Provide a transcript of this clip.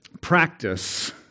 practice